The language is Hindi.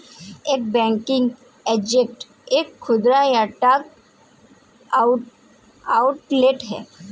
एक बैंकिंग एजेंट एक खुदरा या डाक आउटलेट है